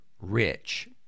rich